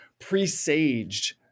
presaged